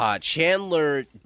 Chandler